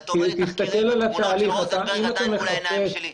התמונות של רוזנברג עדיין מול עיניי.